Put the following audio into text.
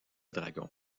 dragons